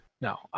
No